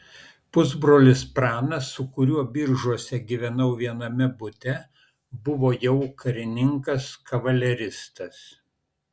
pusbrolis pranas su kuriuo biržuose gyvenau viename bute buvo jau karininkas kavaleristas